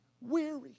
weary